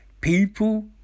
People